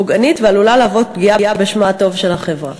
פוגענית ועלולה להוות פגיעה בשמה הטוב של החברה.